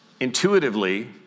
intuitively